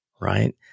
right